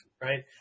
right